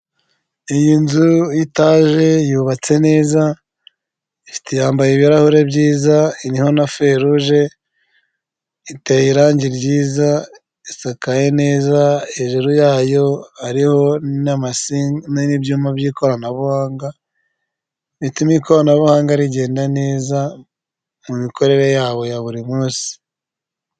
Iyi nzu ya etaje yubatse neza yambaye ibirahuri byiza iriho na feruje iteye irangi ryiza isakaye neza hejuru yayo ari n'ibyuma by'ikoranabuhanga bituma ikoranabuhanga rigenda neza mu mikorere ya ya buri munsi.